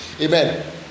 Amen